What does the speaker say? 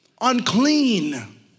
Unclean